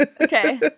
Okay